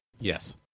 Yes